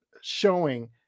showing